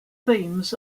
themes